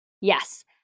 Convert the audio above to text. Yes